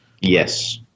yes